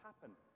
happen